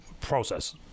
process